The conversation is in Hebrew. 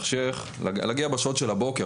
להגיע בשעות של הבוקר,